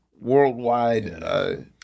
worldwide